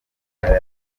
ntara